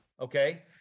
okay